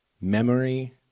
memory